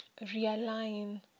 realign